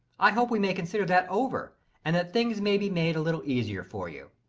i hope we may consider that over and that things may be made a little easier for you.